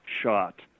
shot